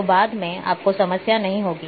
तो बाद में आपको समस्या नहीं होगी